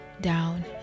down